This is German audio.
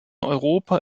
europa